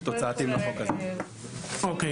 אוקיי.